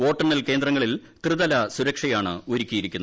വോട്ടെണ്ണൽ കേന്ദ്രങ്ങളിൽ ത്രിതല സുരക്ഷയാണ് ഒരുക്കിയിരിക്കുന്നത്